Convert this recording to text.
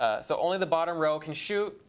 ah so only the bottom row can shoot.